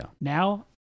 Now